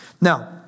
Now